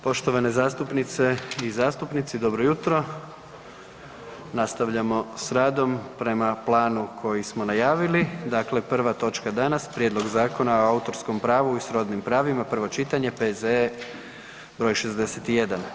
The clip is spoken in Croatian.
Poštovane zastupnice i zastupnici dobro jutro, nastavljamo s radom prema planu koji smo najavili, dakle prva točka danas: - Prijedlog Zakona o autorskom pravu i srodnim pravima, prvo čitanje, P.Z. br. 61.